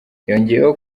yongeyeho